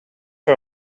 for